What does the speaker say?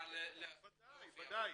הזמנה --- ודאי.